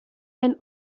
and